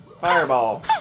Fireball